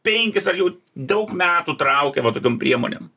penkis ar jau daug metų traukia va tokiom priemonėm